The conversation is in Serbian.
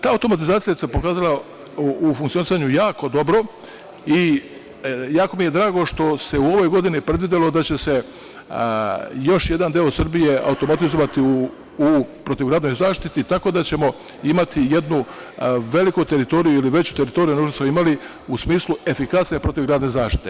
Ta automatizacija se pokazala u funkcionisanju jako dobro i jako mi je drago što se u ovoj godini predvidelo da će se još jedan deo Srbije automatizovati u protivgradnoj zaštiti, tako da ćemo imati jednu veliku teritoriju ili veću teritoriju nego što smo imali u smislu efikasne protivgradne zaštite.